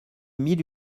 mille